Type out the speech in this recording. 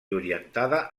orientada